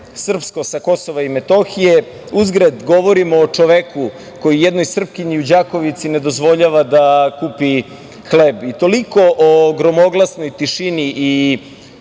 srpsko sa Kosova i Metohije. Uzgred, govorimo o čoveku koji jednoj Srpkinji u Đakovici ne dozvoljava da kupi hleb. Toliko o gromoglasnoj tišini i